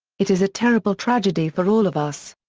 it is a terrible tragedy for all of us.